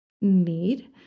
need